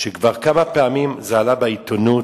כשכבר כמה פעמים זה עלה בעיתונות,